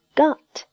got